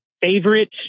favorite